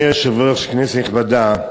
אדוני היושב-ראש, כנסת נכבדה,